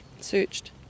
searched